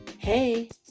Hey